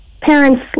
parents